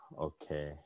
okay